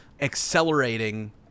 accelerating